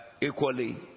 equally